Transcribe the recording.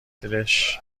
دلش